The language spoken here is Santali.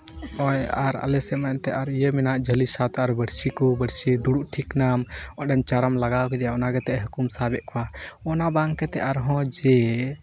ᱦᱚᱸᱜᱼᱚᱭ ᱟᱨ ᱟᱞᱮ ᱥᱮᱫ ᱢᱟ ᱮᱱᱛᱮ ᱤᱭᱟᱹ ᱢᱮᱱᱟᱜ ᱡᱷᱟᱹᱞᱤ ᱥᱟᱶᱛᱮ ᱟᱨ ᱵᱟᱹᱬᱥᱤ ᱠᱚ ᱥᱮ ᱫᱩᱲᱩᱵᱽ ᱴᱷᱤᱠ ᱱᱟᱢ ᱚᱸᱰᱮ ᱪᱟᱨᱟᱢ ᱞᱟᱜᱟᱣ ᱠᱮᱫᱮᱭᱟ ᱚᱱᱟ ᱠᱟᱛᱮᱫ ᱦᱟᱹᱠᱩᱢ ᱥᱟᱵᱮᱫ ᱠᱚᱣᱟ ᱚᱱᱟ ᱵᱟᱝ ᱠᱟᱛᱮᱫ ᱟᱨᱦᱚᱸ ᱡᱮ ᱦᱟᱹᱠᱩ ᱛᱷᱚᱨ